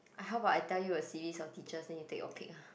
how about I tell you a series of teachers then you take your pick ah